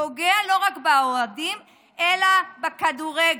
פוגעת לא רק באוהדים אלא בכדורגל,